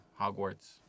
Hogwarts